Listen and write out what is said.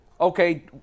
Okay